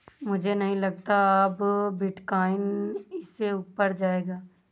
मुझे नहीं लगता अब बिटकॉइन इससे ऊपर जायेगा